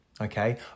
okay